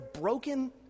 broken